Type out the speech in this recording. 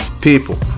People